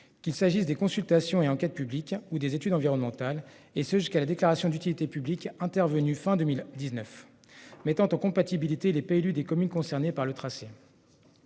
qu'il s'agisse des consultations et enquête publique ou des études environnementales et ce jusqu'à la déclaration d'utilité publique intervenue fin 2019. Mettant aux compatibilité les PLU des communes concernées par le tracé.